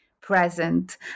present